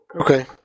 Okay